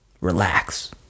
Relax